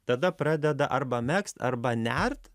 tada pradeda arba megzt arba nert